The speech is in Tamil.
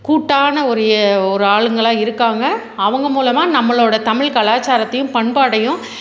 கூட்டான ஒரு ஒரு ஆளுங்களாக இருக்காங்க அவங்க மூலமாக நம்மளோட தமிழ் கலாச்சாரத்தையும் பண்பாடையும்